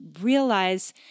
realize